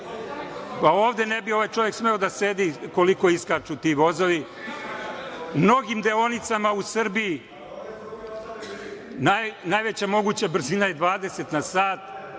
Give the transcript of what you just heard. čovek ne bi smeo da sedi koliko iskaču ti vozovi. U mnogim deonicama u Srbiji najveća moguća brzina je 20 na sat.